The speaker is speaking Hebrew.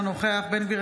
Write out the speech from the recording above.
אינו נוכח איתמר בן גביר,